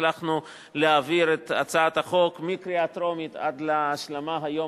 הצלחנו להעביר את הצעת החוק מקריאה טרומית עד להשלמה היום,